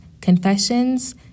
confessions